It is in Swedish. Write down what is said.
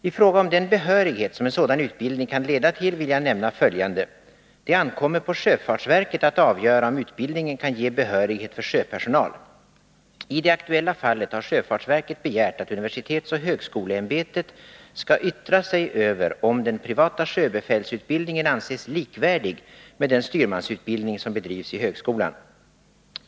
I fråga om den behörighet som en sådan utbildning kan leda till vill jag nämna följande. Det ankommer på sjöfartsverket att avgöra om utbildningen kan ge behörighet för sjöpersonal. I det aktuella fallet har sjöfartsverket begärt att universitetsoch högskoleämbetet skall yttra sig över om den privata sjöbefälsutbildningen anses likvärdig med den styrmansutbildning som bedrivs i högskolan.